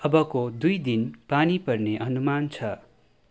अबको दुई दिन पानी पर्ने अनुमान छ